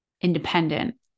independent